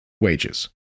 wages